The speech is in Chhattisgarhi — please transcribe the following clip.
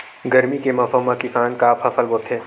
गरमी के मौसम मा किसान का फसल बोथे?